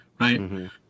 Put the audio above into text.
right